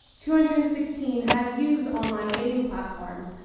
two hundred and sixteen had used online dating platforms,